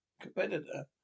competitor